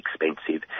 expensive